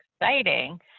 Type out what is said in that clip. exciting